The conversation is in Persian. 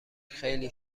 خیلی